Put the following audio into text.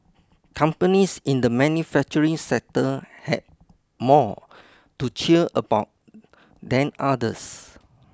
companies in the manufacturing sector had more to cheer about than others